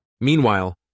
Meanwhile